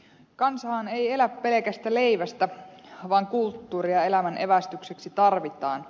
kansahan ei elä pelekästä leivästä vaan kulttuuria elämän evästykseksi tarvitaan